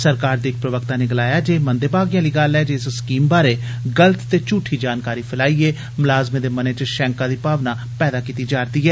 सरकार दे इक प्रवक्ता नै गलाया जे एह् इक मंदे भागे आली गल्ल ऐ जे इस स्कीमै बारे गलत ते झूठी जानकारी फैलाइए मलाजमें दे मनै च षैकां दी भावना पैदा कीती जा रदी ऐ